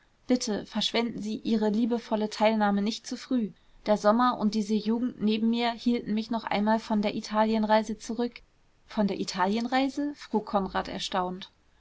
bitte verschwenden sie ihre liebevolle teilnahme nicht zu früh der sommer und diese jugend neben mir hielten mich noch einmal von der italienreise zurück von der italienreise frug konrad erstaunt